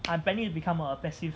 I planning to become a passive